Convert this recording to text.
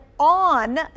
on